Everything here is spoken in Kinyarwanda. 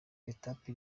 etape